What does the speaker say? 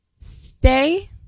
stay